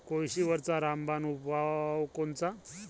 कोळशीवरचा रामबान उपाव कोनचा?